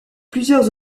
plusieurs